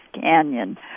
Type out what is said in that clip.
Canyon